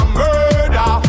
murder